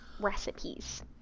recipes